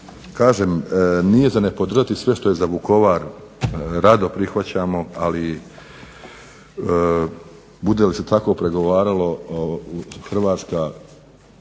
kažem nije za ne podržati sve što je za Vukovar. Rado prihvaćamo, ali bude li se tako pregovaralo Hrvatska,